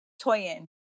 Toyin